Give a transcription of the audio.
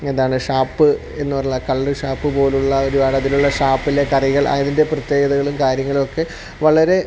എന്താണ് ഷാപ്പ് എന്നുള്ള കള്ള് ഷാപ്പ് പോലുള്ള ഒരുപാട് അതിലുള്ള ഷാപ്പിലെ കറികൾ അതിൻ്റെ പ്രത്യേകതകളും കാര്യങ്ങളുമൊക്കെ വളരെ